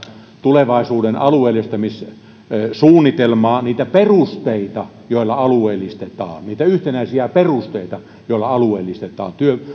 tulevaisuuden alueellistamissuunnitelmaa niitä perusteita joilla alueellistetaan niitä yhtenäisiä perusteita joilla alueellistetaan työ